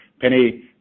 Penny